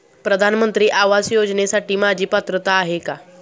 प्रधानमंत्री आवास योजनेसाठी माझी पात्रता आहे का?